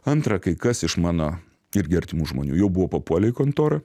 antra kai kas iš mano irgi artimų žmonių jau buvo papuolę į kontorą